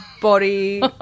body